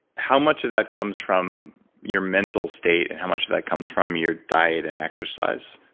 how much of that comes from your mental state and how much of that comes from your diet and exercise?